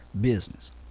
business